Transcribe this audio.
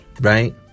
right